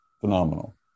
Phenomenal